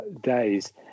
days